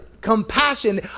compassion